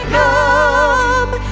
come